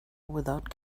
without